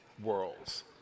worlds